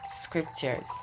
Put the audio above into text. scriptures